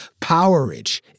Powerage